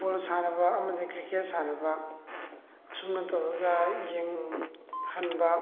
football ꯁꯥꯟꯅꯕ ꯑꯃꯗꯤ cricket ꯁꯥꯟꯅꯕ ꯑꯁꯨꯝꯅ ꯇꯧꯔꯒ ꯌꯦꯡꯍꯟꯕ